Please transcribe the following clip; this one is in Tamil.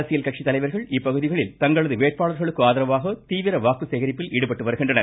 அரசியல் கட்சித் தலைவர்கள் இப்பகுதிகளில் தங்களது வேட்பாளர்களுக்கு ஆதரவாக தீவிர வாக்குச் சேகரிப்பில் ஈடுபட்டு வருகின்றனர்